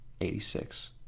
86